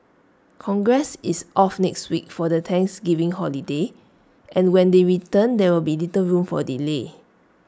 congress is off next week for the Thanksgiving holiday and when they return there will be little room for delay